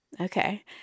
Okay